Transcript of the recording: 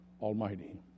Almighty